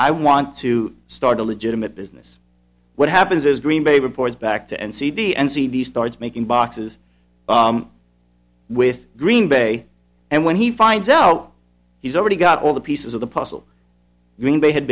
i want to start a legitimate business what happens is green bay reports back to and cd and see these starts making boxes with green bay and when he finds out he's already got all the pieces of the puzzle